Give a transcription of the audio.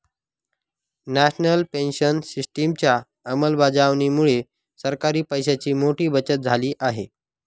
national pension सिस्टिमच्या अंमलबजावणीमुळे सरकारी पैशांची मोठी बचत झाली आहे